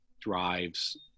drives